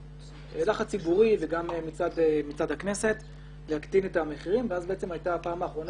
לחץ ציבורי וגם מצד הכנסת להקטין את המחירים ואז בעצם הייתה הפעם האחרונה